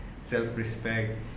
self-respect